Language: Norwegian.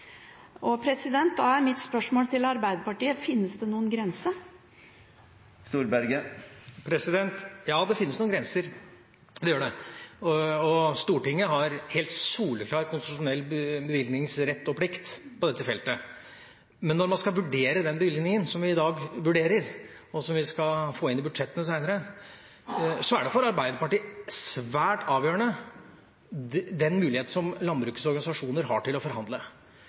Da er mitt spørsmål til Arbeiderpartiet: Finnes det noen grense? Ja, det finnes noen grenser, det gjør det. Stortinget har en helt soleklar konstitusjonell bevilgningsrett og -plikt på dette feltet, men når man skal vurdere den bevilgningen som vi i dag vurderer, og som vi skal få inn i budsjettene senere, er den muligheten som landbrukets organisasjoner har til å forhandle, svært avgjørende for Arbeiderpartiet. Jeg er av den